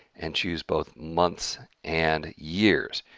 and choose both months and years,